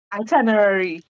itinerary